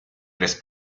tres